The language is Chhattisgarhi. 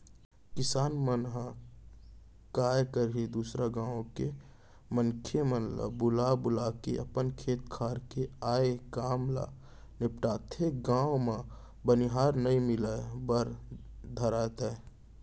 किसान मन ह काय करही दूसर गाँव के मनखे मन ल बुला बुलाके अपन खेत खार के आय काम ल निपटाथे, गाँव म बनिहार नइ मिले बर धरय त